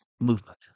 movement